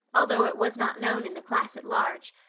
although it was not known in the class at large,